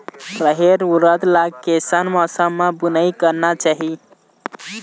रहेर उरद ला कैसन मौसम मा बुनई करना चाही?